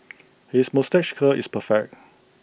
his moustache curl is perfect